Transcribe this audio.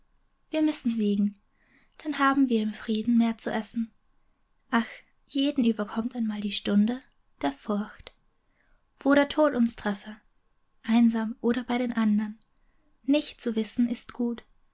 wir müssen siegen dann haben wir im frieden mehr zu essen ach jeden überkommt einmal die stunde der furcht wo der tod uns treffe einsam oder bei den andern nicht zu wissen ist gut